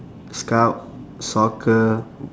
scout soccer